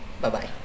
Bye-bye